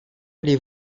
aller